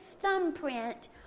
thumbprint